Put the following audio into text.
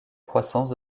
croissance